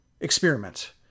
experiment